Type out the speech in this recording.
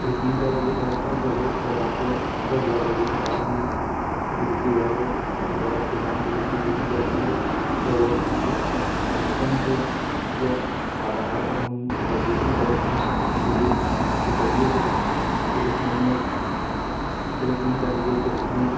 तीन चार बजे के आस पास या फिर रात को दस ग्यारह बजे के बाद ही बिजली विभाग के द्वारा किसानों को बिजली दी जाती है तो मौसमों के आधार पर हम अगर देखें तो कि सर्दियों के के समय में सुबह तीन चार बजे के बिजली